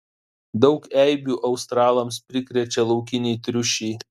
daug eibių australams prikrečia laukiniai triušiai